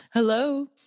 hello